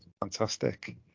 Fantastic